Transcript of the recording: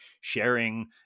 sharing